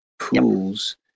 pools